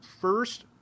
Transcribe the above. first